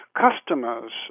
customers